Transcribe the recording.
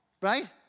right